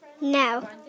No